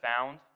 found